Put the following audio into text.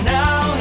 now